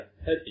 happy